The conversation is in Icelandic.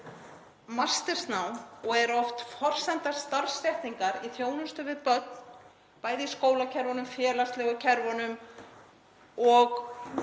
er oft forsenda starfsréttinda í þjónustu við börn, bæði í skólakerfinu, félagslegu kerfunum og